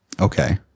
Okay